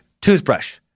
toothbrush